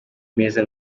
meza